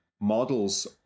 models